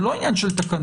זה לא עניין של תקנות.